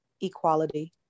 Equality